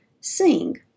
Sing